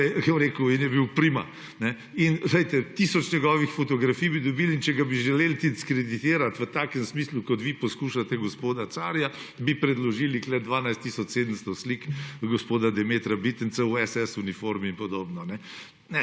Nemce. In je bil prima. In, glejte, tisoč njegovih fotografij bi dobili in če bi ga želeli diskreditirat v takem smislu, kot vi poskušate gospoda Carja, bi predložili tukaj 12 tisoč 700 slik gospoda Demetra Bitenca v SS uniformi in podobno.